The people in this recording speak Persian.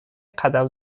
قدم